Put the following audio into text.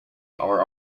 are